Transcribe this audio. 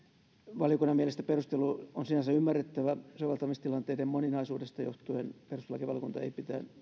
valiokunnan mielestä perustelu on sinänsä ymmärrettävä soveltamistilanteiden moninaisuudesta johtuen perustuslakivaliokunta ei